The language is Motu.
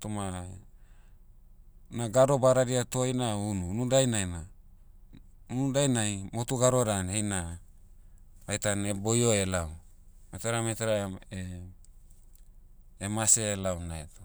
Toma, na gado badadia toi na unu. Unu dainai na- unu dainai, motu gado dan heina, vaitan boio laom. Metara metara, em- eh- mase laom na heto.